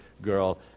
Girl